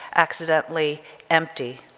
accidentally empty,